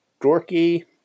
dorky